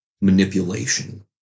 manipulation